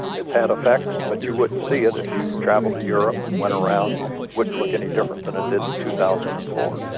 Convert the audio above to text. it's had effects, but you wouldn't see it if you travel to europe and went around, it wouldn't look any different than it did in two thousand and four.